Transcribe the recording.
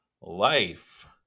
Life